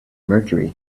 mercury